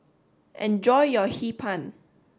enjoy your Hee Pan